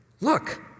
look